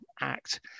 Act